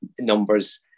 numbers